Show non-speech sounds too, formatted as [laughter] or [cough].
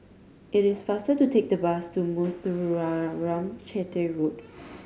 it is faster to take the bus to [noise] Muthuraman Chetty Road